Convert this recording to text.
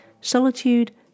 solitude